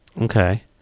Okay